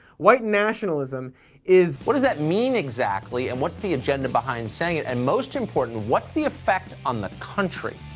white nationalism is. tucker what does that mean, exactly? and what's the agenda behind saying it? and most important, what's the effect on the country,